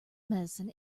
medicine